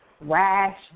rash